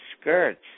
skirts